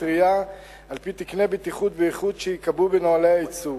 טרייה על-פי תקני בטיחות ואיכות שייקבעו בנוהלי הייצור.